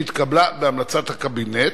שהתקבלה בהמלצת הקבינט,